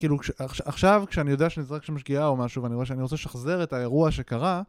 כאילו עכשיו כשאני יודע שיש שם שגיאה או משהו ואני רואה שאני רוצה לשחזר את האירוע שקרה